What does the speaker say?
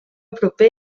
proper